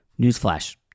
Newsflash